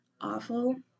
awful